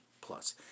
plus